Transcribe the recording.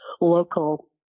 local